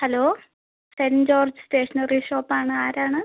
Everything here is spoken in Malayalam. hello saint George stationery shop ആണ് ആരാണ്